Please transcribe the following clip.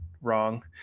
wrong